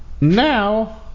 now